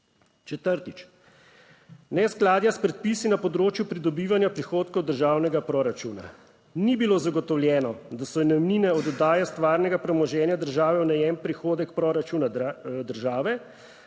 Četrtič, neskladja s predpisi na področju pridobivanja prihodkov državnega proračuna. Ni bilo zagotovljeno, da so najemnine od oddaje stvarnega premoženja države v najem prihodek proračuna države.